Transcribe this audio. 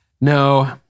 No